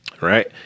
right